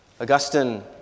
Augustine